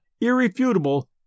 irrefutable